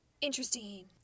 interesting